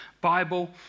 Bible